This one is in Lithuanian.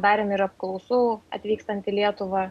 darėm ir apklausų atvykstant į lietuvą